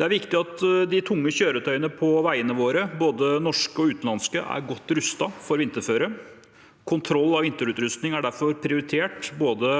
Det er viktig at de tunge kjøretøyene på veiene våre, både norske og utenlandske, er godt rustet for vinterføre. Kontroll av vinterutrustning er derfor prioritert av både